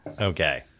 Okay